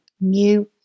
new